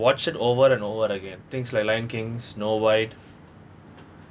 watch it over and over again things like lion king snow white